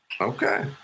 Okay